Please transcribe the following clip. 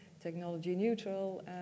technology-neutral